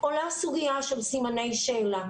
עולה סוגיה של סימני שאלה.